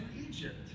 Egypt